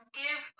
give